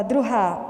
Druhá.